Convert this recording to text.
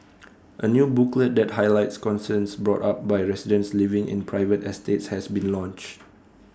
A new booklet that highlights concerns brought up by residents living in private estates has been launched